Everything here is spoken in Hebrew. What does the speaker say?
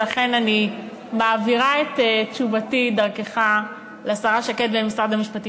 ולכן אני מעבירה את תשובתי דרכך לשרה שקד במשרד המשפטים.